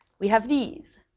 we have these.